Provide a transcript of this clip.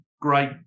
great